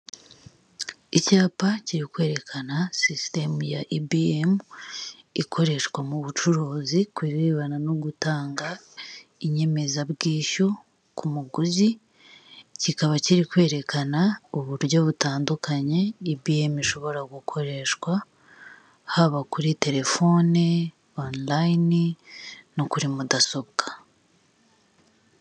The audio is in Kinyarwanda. Icyapa kiri kwerekana sisisteme ya ibiyemu ikoreshwa mu bucuruzi ku birebana no gutanga inyemezabwishyu ku muguzi kikaba kiri kwerekana uburyo butandukanye ibiyemu ishobora gukoreshwa haba kuri telefone onorayini no kuri mudasobwa.